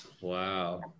Wow